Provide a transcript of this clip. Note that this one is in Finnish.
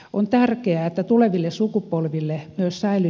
on tärkeää että tuleville sukupolville jossa eli